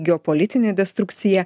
geopolitinė destrukcija